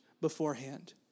beforehand